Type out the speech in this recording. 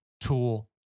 Tool